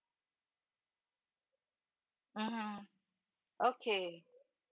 mmhmm okay